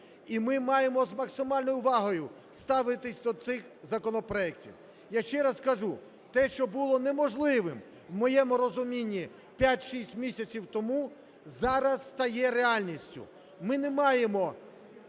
І ми маємо з максимальною увагою ставитися до цих законопроектів. Я ще раз кажу, те, що було неможливим, в моєму розумінні, 5-6 місяців тому, зараз стає реальністю. Ми не маємо